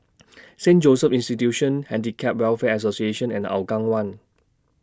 Saint Joseph's Institution Handicap Welfare Association and Hougang one